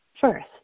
first